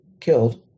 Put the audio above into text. killed